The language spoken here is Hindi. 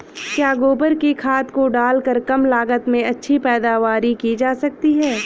क्या गोबर की खाद को डालकर कम लागत में अच्छी पैदावारी की जा सकती है?